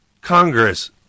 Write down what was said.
Congress